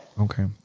okay